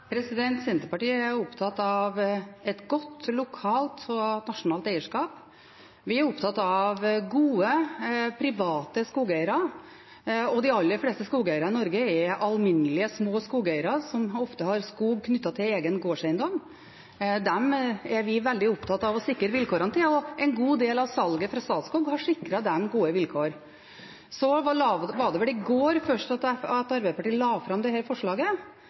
Senterpartiet er opptatt av et godt lokalt og nasjonalt eierskap. Vi er opptatt av gode, private skogeiere, og de aller fleste skogeiere i Norge er alminnelige, små skogeiere som ofte har skog knyttet til egen gårdseiendom. De er vi veldig opptatt av å sikre vilkårene til, og en god del av salget fra Statskog har sikret dem gode vilkår. Så var det vel først i går at Arbeiderpartiet la fram dette forslaget. Vi skal sjølsagt studere forslaget